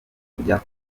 kujya